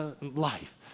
life